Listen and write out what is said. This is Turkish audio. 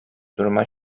duruma